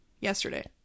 yesterday